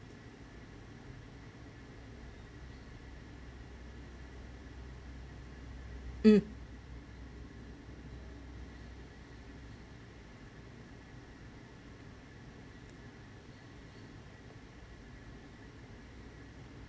mm